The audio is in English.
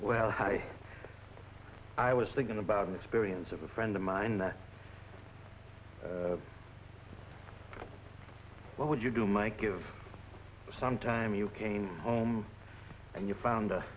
well i i was thinking about an experience of a friend of mine that what would you do might give some time you came home and you found